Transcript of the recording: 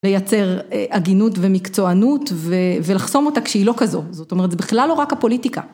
לייצר הגינות ומקצוענות ולחסום אותה כשהיא לא כזו, זאת אומרת זה בכלל לא רק הפוליטיקה.